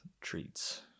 treats